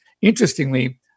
interestingly